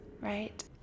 right